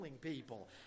people